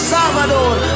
Salvador